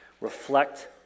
reflect